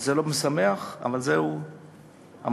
זה לא משמח, אבל זהו המצב.